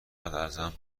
ازم